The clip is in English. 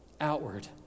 Outward